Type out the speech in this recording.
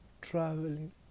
traveling